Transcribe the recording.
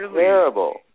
terrible